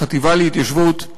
בחטיבה להתיישבות,